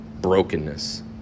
brokenness